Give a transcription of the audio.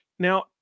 Now